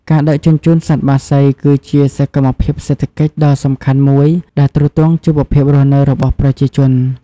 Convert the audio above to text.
ការដឹកជញ្ជូនសត្វបក្សី គឺជាសកម្មភាពសេដ្ឋកិច្ចដ៏សំខាន់មួយដែលទ្រទ្រង់ជីវភាពរស់នៅរបស់ប្រជាជន។